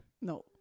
no